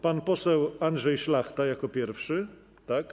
Pan poseł Andrzej Szlachta jako pierwszy, tak?